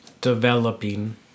developing